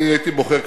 אני הייתי בוחר,